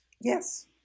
Yes